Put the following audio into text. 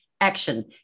action